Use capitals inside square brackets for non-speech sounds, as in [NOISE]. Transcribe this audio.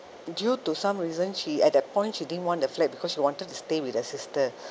due to some reason she at the point she didn't want the flat because she wanted to stay with her sister [BREATH]